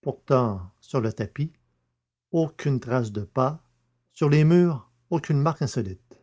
pourtant sur le tapis aucune trace de pas sur les murs aucune marque insolite